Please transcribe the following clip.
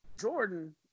Jordan